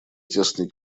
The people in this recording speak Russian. тесной